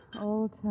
Old